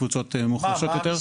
קבוצות מוחלשות יותר.